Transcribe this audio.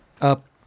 up